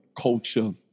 culture